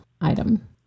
item